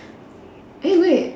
eh wait